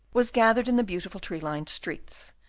was gathered in the beautiful tree-lined streets,